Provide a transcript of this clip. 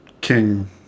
King